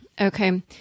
Okay